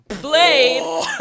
blade